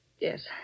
Yes